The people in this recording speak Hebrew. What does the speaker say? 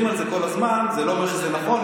על זה כל הזמן זה לא אומר שזה נכון,